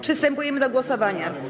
Przystępujemy do głosowania.